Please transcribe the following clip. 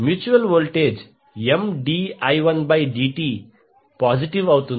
mutual voltage Mdi1dt positive అవుతుంది